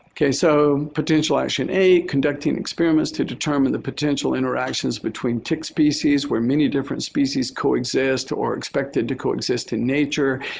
ok. so, potential action eight, conducting experiments to determine the potential interactions between tick species where many different species coexist or expected to coexist in nature,